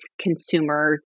consumer